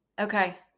Okay